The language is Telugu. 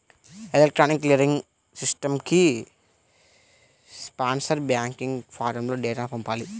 ఎలక్ట్రానిక్ క్లియరింగ్ సిస్టమ్కి స్పాన్సర్ బ్యాంక్ ఫారమ్లో డేటాను పంపాలి